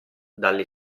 dalle